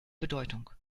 bedeutung